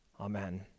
Amen